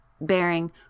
bearing